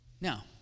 Now